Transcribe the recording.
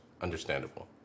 understandable